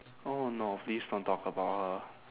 oh no please don't talk about her